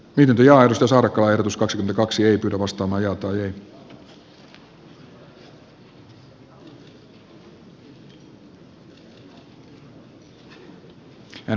pitempi ja ahdistus alkaa jo tuskasdkaksi valtiovarainvaliokunnan mietintö